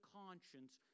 conscience